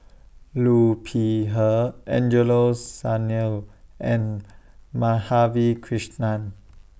Liu Peihe Angelo Sanelli and Madhavi Krishnan